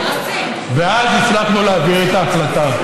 ואז הצלחנו להעביר את ההחלטה.